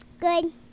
Good